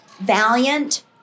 valiant